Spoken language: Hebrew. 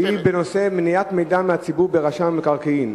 בנושא מניעת מידע מהציבור ברשם המקרקעין.